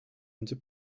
into